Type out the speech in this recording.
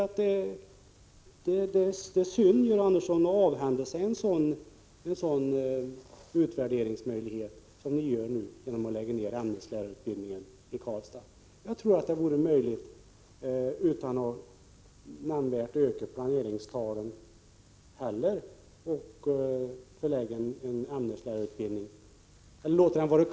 Jag tycker det är synd att avhända sig en sådan utvärderingsmöjlighet, som ni gör nu genom att lägga ned ämneslärarutbildningen i Karlstad. Jag tror att det vore möjligt att låta den vara kvar i Karlstad utan att nämnvärt öka planeringstalen heller.